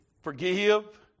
forgive